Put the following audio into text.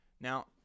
now